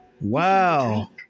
wow